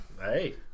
Hey